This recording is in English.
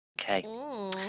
okay